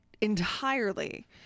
entirely